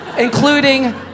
including